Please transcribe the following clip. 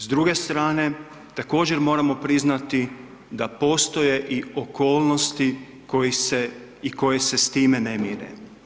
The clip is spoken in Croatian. S druge strane, također moramo priznati da postoje i okolnosti koji se i koje se s time ne mire.